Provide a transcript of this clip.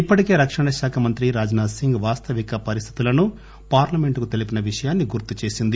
ఇప్పటికే రక్షణశాఖ మంత్రి రాజ్ నాధ్ సింగ్ వాస్తవిక పరిస్థితులను పార్లమెంటుకు తెలిపిన విషయాన్ని గుర్తు చేసింది